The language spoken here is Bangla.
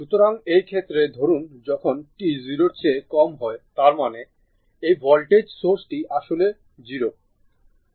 সুতরাং এই ক্ষেত্রে ধরুন যখন t 0 এর চেয়ে কম হয় তার মানে এই ভোল্টেজ সোর্সটি আসলে 0